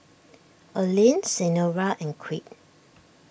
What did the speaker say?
Olene Senora and Creed